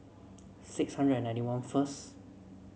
six hundred and ninety first